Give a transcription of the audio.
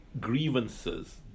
grievances